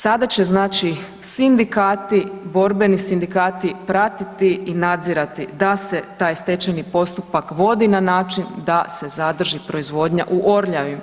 Sada će znači sindikati, borbeni sindikati pratiti i nadzirati da se taj stečajni postupak vodi na način da se zadrži proizvodnja u Orljavi.